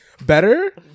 Better